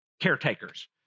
caretakers